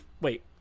wait